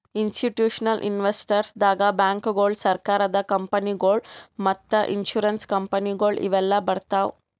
institutional investors ದಾಗ್ ಬ್ಯಾಂಕ್ಗೋಳು, ಸರಕಾರದ ಕಂಪನಿಗೊಳು ಮತ್ತ್ ಇನ್ಸೂರೆನ್ಸ್ ಕಂಪನಿಗೊಳು ಇವೆಲ್ಲಾ ಬರ್ತವ್